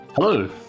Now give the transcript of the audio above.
Hello